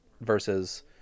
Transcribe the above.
versus